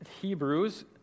Hebrews